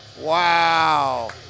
Wow